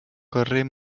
carrer